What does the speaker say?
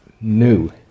new